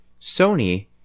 Sony